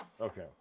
Okay